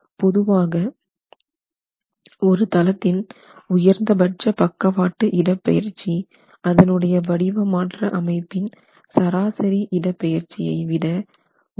பொதுவாக ஒரு தளத்தின் உயர்ந்த பட்ச பக்கவாட்டு இடப்பெயர்ச்சி அதனுடைய வடிவ மாற்ற அமைப்பின் சராசரி இடப்பெயர்ச்சி விட 1